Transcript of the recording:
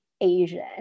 Asian